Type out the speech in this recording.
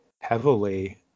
heavily